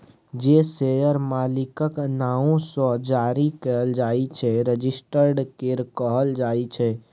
जे शेयर मालिकक नाओ सँ जारी कएल जाइ छै रजिस्टर्ड शेयर कहल जाइ छै